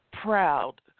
proud